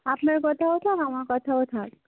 আপনার কথাও থাক আমার কথাও থাক